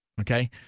okay